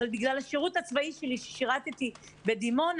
אבל בגלל השרות הצבאי שלי ששירתתי בדימונה,